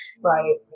Right